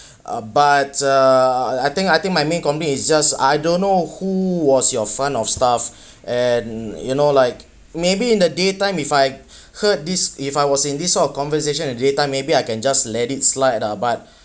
uh but uh I think I think my main complaint is just I don't know who was your front of staff and you know like maybe in the daytime if I heard this if I was in this sort of conversation in daytime maybe I can just let it slide lah but